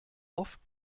oft